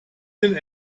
den